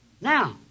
Now